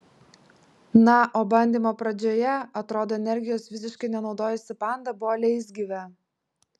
na o bandymo pradžioje atrodo energijos visiškai nenaudojusi panda buvo leisgyvė